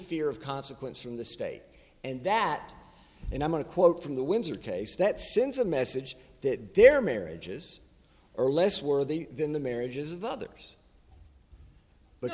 fear of consequence from the state and that and i'm going to quote from the windsor case that since a message that their marriages are less worthy than the marriages of others b